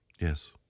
Yes